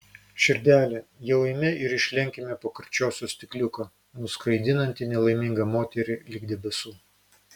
širdele jau eime ir išlenkime po karčiosios stikliuką nuskraidinantį nelaimingą moterį lig debesų